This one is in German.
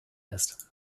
ist